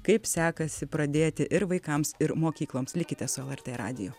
kaip sekasi pradėti ir vaikams ir mokykloms likite su lrt radijų